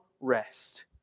rest